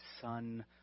son